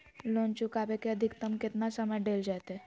Loan चुकाबे के अधिकतम केतना समय डेल जयते?